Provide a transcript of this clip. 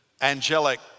angelic